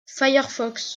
firefox